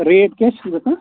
rate کیٛاہ چھِ گژھان